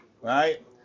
right